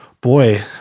Boy